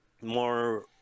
More